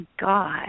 God